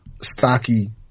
stocky